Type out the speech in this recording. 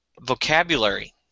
vocabulary